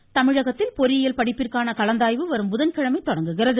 கலந்தாய்வு தமிழகத்தில் பொறியியல் படிப்பிற்கான கலந்தாய்வு வரும் புதன்கிழமை தொடங்குகிறது